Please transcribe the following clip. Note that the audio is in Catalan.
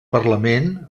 parlament